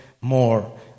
more